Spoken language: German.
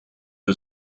der